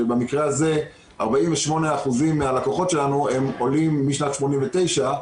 שבמקרה הזה 48% מהלקוחות שלנו הם עולים משנת 89'